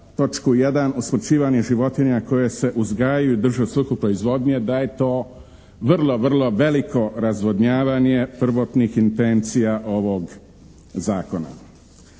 točku 1. usmrćivanje životinja koje se uzgajaju i drže u svrhu proizvodnje da je to vrlo veliko razvodnjavanje prvotnih intencija ovog zakona.